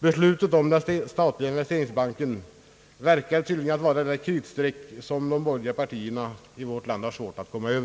Beslutet om den statliga investeringsbanken tycks vara det kritstreck, som de borgerliga partierna i vårt land har svårt att komma Över.